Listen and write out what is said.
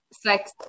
Sex